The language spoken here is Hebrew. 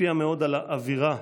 השפיע מאוד על האווירה